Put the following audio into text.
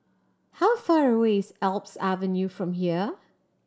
how far away is Alps Avenue from here